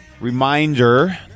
Reminder